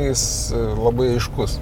jis labai aiškus